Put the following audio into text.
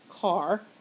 car